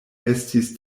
estis